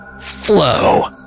flow